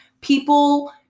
people